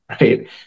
right